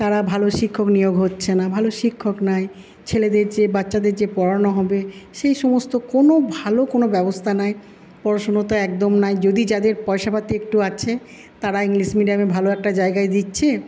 তারা ভালো শিক্ষক নিয়োগ হচ্ছে না ভালো শিক্ষক নাই ছেলেদের যে বাচ্চাদের যে পড়ানো হবে সেইসমস্ত কোনো ভালো কোনো ব্যবস্থা নাই পড়াশোনাতো একদম নাই যদি যাদের পয়সাপাতি একটু আছে তারা ইংলিশ মিডিয়ামে ভালো একটা জায়গায় দিচ্ছে